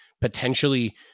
potentially